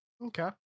Okay